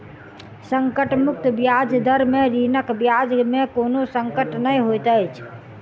संकट मुक्त ब्याज दर में ऋणक ब्याज में कोनो संकट नै होइत अछि